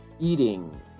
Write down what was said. eating